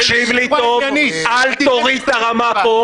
תקשיב לי טוב אל תוריד את הרמה פה.